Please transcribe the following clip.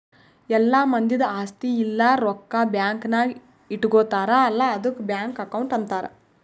ಎಲ್ಲಾ ಮಂದಿದ್ ಆಸ್ತಿ ಇಲ್ಲ ರೊಕ್ಕಾ ಬ್ಯಾಂಕ್ ನಾಗ್ ಇಟ್ಗೋತಾರ್ ಅಲ್ಲಾ ಆದುಕ್ ಬ್ಯಾಂಕ್ ಅಕೌಂಟ್ ಅಂತಾರ್